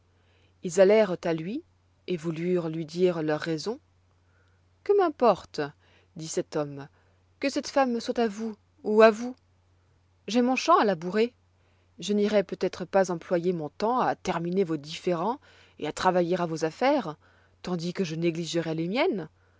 ils allèrent à lui et voulurent lui dire leurs raisons que m'importe dit cet homme que cette femme soit à vous ou à vous j'ai mon champ à labourer je n'irai peut-être pas employer mon temps à terminer vos différends et à travailler à vos affaires tandis que je négligerai les miennes